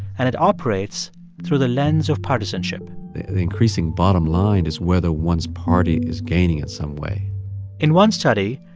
and it operates through the lens of partisanship the increasing bottom line is whether one's party is gaining in some way in one study,